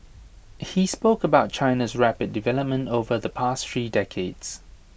he spoke about China's rapid development over the past three decades